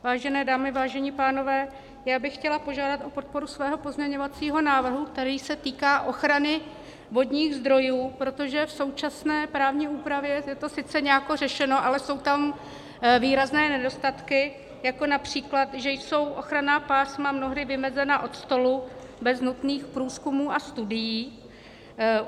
Vážené dámy, vážení pánové, já bych chtěla požádat o podporu svého pozměňovacího návrhu, který se týká ochrany vodních zdrojů, protože v současné právní úpravě je to sice nějak řešeno, ale jsou tam výrazné nedostatky, jako např. že jsou ochranná pásma mnohdy vymezena od stolu bez nutných průzkumů a studií.